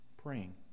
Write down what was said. praying